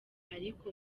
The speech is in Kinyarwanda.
ariko